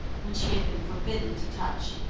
which he had been forbidden to touch.